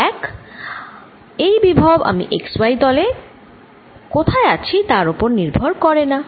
এক এই বিভব আমি x y তলে কোথায় আছি তার ওপর নির্ভর করে না